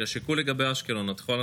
ערים שבאים אליהן היום פליטים,